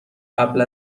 قبل